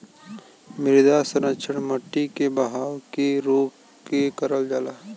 मृदा संरक्षण मट्टी के बहाव के रोक के करल जाला